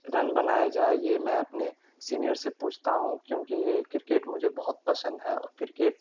رن بنایا جائے یہ میں اپنے سینئر سے پوچھتا ہوں کیونکہ یہ کرکٹ مجھے بہت پسند ہے اور کرکٹ